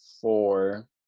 four